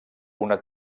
una